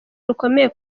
rukomeye